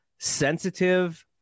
sensitive